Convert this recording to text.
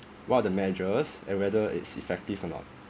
what are the measures and whether it's effective or not